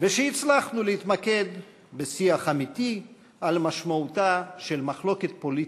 ושהצלחנו להתמקד בשיח אמיתי על משמעותה של מחלוקת פוליטית,